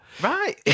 Right